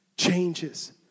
Changes